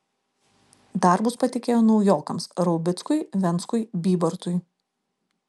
darbus patikėjo naujokams raubickui venckui bybartui